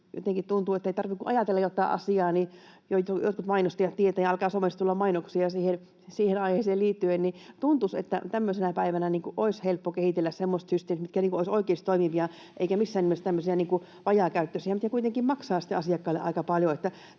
jotenkin tuntuu, ettei tarvitse kuin ajatella jotain asiaa, niin jotkut mainostajat tietävät, ja alkaa somessa mainoksia siihen aiheeseen liittyen, niin tuntuisi, että tämmöisenä päivänä olisi helppo kehitellä semmoiset systeemit, mitkä olisivat oikeasti toimivia eivätkä missään nimessä tämmöisiä vajaakäyttöisiä. Ne kuitenkin maksavat asiakkaille aika paljon.